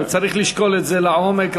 וצריך לשקול את זה לעומק,